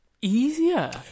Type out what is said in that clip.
easier